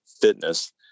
Fitness